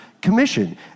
Commission